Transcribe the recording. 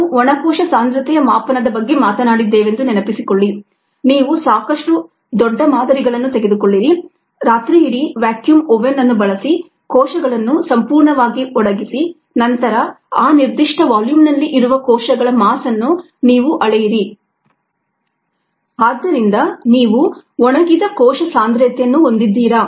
ನಾವು ಒಣ ಕೋಶ ಸಾಂದ್ರತೆಯ ಮಾಪನದ ಬಗ್ಗೆ ಮಾತನಾಡಿದ್ದೇವೆಂದು ನೆನಪಿಸಿಕೊಳ್ಳಿ ನೀವು ಸಾಕಷ್ಟು ದೊಡ್ಡ ಮಾದರಿಗಳನ್ನು ತೆಗೆದುಕೊಳ್ಳಿರಿ ರಾತ್ರಿಯಿಡೀ ವಾಕ್ಯೂಮ್ ಓವೆನ್ ಅನ್ನು ಬಳಸಿ ಕೋಶಗಳನ್ನು ಸಂಪೂರ್ಣವಾಗಿ ಒಣಗಿಸಿ ನಂತರ ಆ ನಿರ್ದಿಷ್ಟ ವಾಲ್ಯೂಮ್ನಲ್ಲಿ ಇರುವ ಕೋಶಗಳ ಮಾಸ್ ಅನ್ನು ನೀವು ಅಳೆಯಿರಿ ಆದ್ದರಿಂದ ನೀವು ಒಣಗಿದ ಕೋಶ ಸಾಂದ್ರತೆಯನ್ನು ಹೊಂದಿದ್ದೀರ